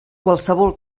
qualssevol